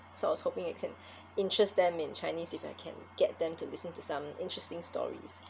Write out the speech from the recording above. so I was hoping you can interest them in chinese if I can get them to listen to some interesting stories